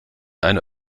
eine